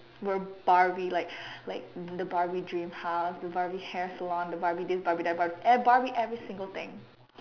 were barbie like like the barbie dream house the barbie hair salon the barbie this barbie that the barbie every single thing